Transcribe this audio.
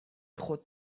خود